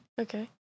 Okay